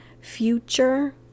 Future